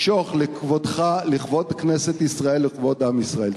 משוך, לכבודך, לכבוד כנסת ישראל וכבוד עם ישראל.